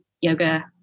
yoga